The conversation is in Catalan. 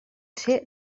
ser